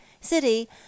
city